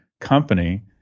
company